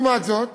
לעומת זאת,